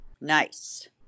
Nice